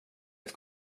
att